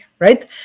Right